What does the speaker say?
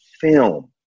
film